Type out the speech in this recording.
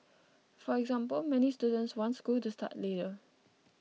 for example many students want school to start later